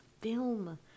film